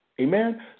Amen